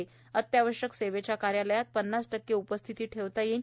तर अत्यावश्यक सेवेच्या कार्यालयात पन्नास टक्के उपस्थिती ठेवता येईल